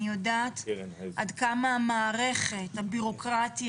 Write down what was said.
אני יודעת עד כמה המערכת הבירוקרטית